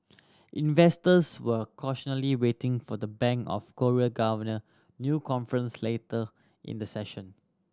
investors were cautiously waiting for the Bank of Korea governor new conference later in the session